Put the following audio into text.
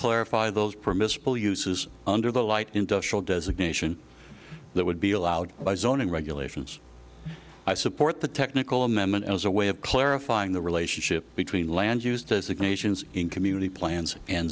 clarify those permissible uses under the light industrial designation that would be allowed by zoning regulations i support the technical amendment as a way of clarifying the relationship between land used as the nation's in community plans and